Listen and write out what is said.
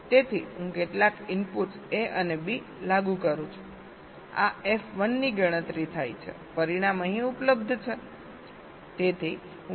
તેથી હું કેટલાક ઇનપુટ્સ A અને B લાગુ કરું છું આ F1 ની ગણતરી થાય છે પરિણામ અહીં ઉપલબ્ધ છે